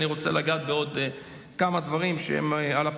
אני רוצה לגעת בעוד כמה דברים שהם על הפרק,